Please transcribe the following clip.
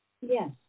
Yes